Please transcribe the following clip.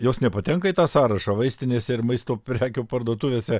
jos nepatenka į tą sąrašą vaistinėse ir maisto prekių parduotuvėse